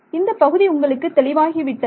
இந்தப் பகுதி உங்களுக்கு தெளிவாகிவிட்டது விட்டதா